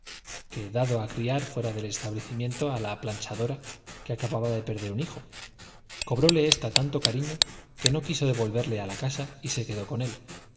que dado á criar fuera del establecimiento á la planchadora que acababa de perder un hijo cobróle ésta tanto cariño que no quiso devolverlo á él prohijándolo en debida la casa y se quedó con el